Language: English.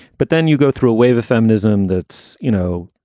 but then you go through a wave of feminism that's, you know,